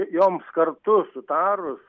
joms kartu sutarus